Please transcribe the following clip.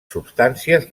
substàncies